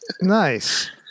Nice